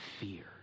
fear